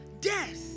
Death